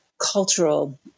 cultural